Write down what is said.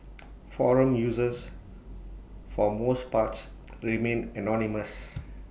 forum users for most parts remain anonymous